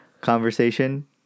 conversation